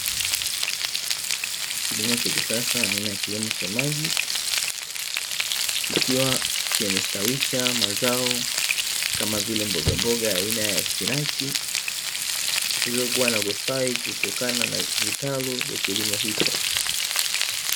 Kilimo cha kisasa aina ya kilimo cha maji, kikiwa kimestawisha mazao kama vile mbogamboga aina ya spinachi, zilizokua na kustawi kutokana na vitalu vya kilimo hicho.